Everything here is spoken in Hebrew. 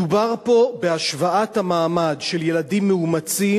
מדובר פה בהשוואת המעמד של ילדים מאומצים